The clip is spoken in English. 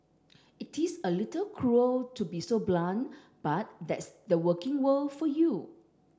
it is a little cruel to be so blunt but that's the working world for you